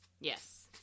Yes